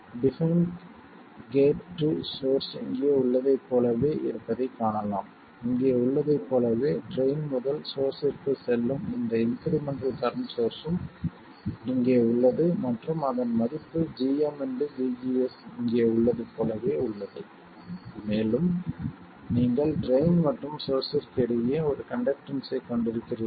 define gate to source இங்கே உள்ளதைப் போலவே இருப்பதைக் காணலாம் இங்கே உள்ளதைப் போலவே ட்ரைன் முதல் சோர்ஸ்ஸிற்குச் செல்லும் இந்த இன்க்ரிமெண்டல் கரண்ட் சோர்ஸ்ஸும் இங்கே உள்ளது மற்றும் அதன் மதிப்பு gm vGS இங்கே உள்ளது போலவே உள்ளது மேலும் நீங்கள் ட்ரைன் மற்றும் சோர்ஸ்ஸிற்கு இடையே ஒரு கண்டக்டன்ஸ்ஸைக் கொண்டிருக்கிறீர்கள்